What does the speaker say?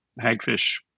hagfish